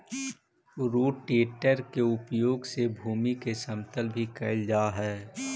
rotator के उपयोग से भूमि के समतल भी कैल जा हई